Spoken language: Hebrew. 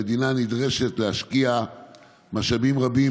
המדינה נדרשת להשקיע משאבים רבים